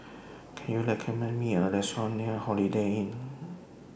Can YOU recommend Me A Restaurant near Holiday Inn